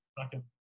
Second